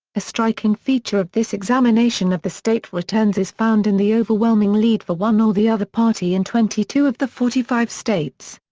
a striking feature of this examination of the state returns is found in the overwhelming lead for one or the other party in twenty two of the forty five states.